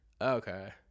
Okay